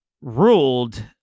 ruled